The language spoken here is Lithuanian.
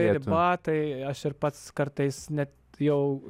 riba tai aš ir pats kartais net jau